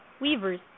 weavers